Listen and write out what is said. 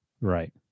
Right